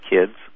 Kids